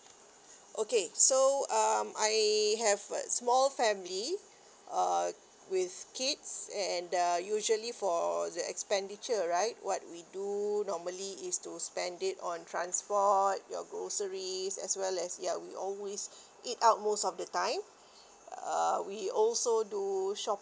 okay so um I have a small family uh with kids and the usually for the expenditure right what we do normally is to spend it on transport ya grocery as well as ya we always eat out most of the time err we also do shop